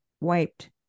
wiped